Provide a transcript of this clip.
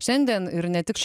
šiandien ir ne tik